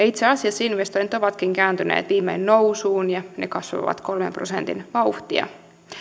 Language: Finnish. itse asiassa investoinnit ovatkin kääntyneet viimein nousuun ja ne kasvavat kolmen prosentin vauhtia